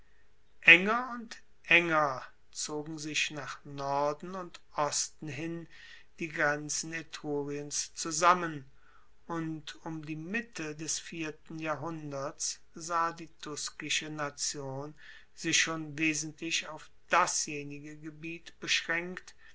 enger und enger zogen sich nach norden und osten hin die grenzen etruriens zusammen und um die mitte des vierten jahrhunderts sah die tuskische nation sich schon wesentlich auf dasjenige gebiet beschraenkt